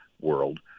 world